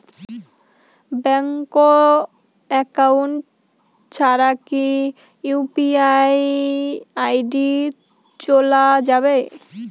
Bank account ছাড়া কি UPI ID চোলা যাবে?